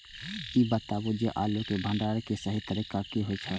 ई बताऊ जे आलू के भंडारण के सही तरीका की होय छल?